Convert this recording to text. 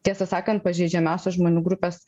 tiesą sakant pažeidžiamiausios žmonių grupės